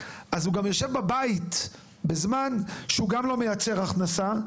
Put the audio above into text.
אז הוא גם יושב בבית בזמן שהוא גם לא מייצר הכנסה,